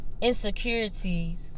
insecurities